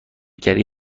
گری